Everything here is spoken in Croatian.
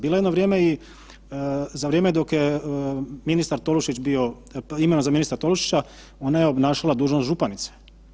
Bila je jedno vrijeme i za vrijeme dok je ministar Tolušić bio, imenovana za ministra Tolušića, ona je obnašala dužnost županice.